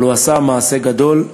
אבל הוא עשה מעשה גדול,